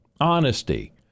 honesty